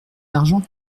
d’argent